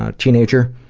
ah teenager,